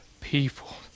people